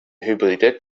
hybride